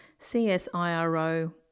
CSIRO